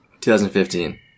2015